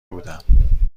بودم